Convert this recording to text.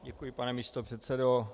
Děkuji, pane místopředsedo.